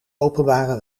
openbare